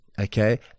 okay